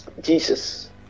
Jesus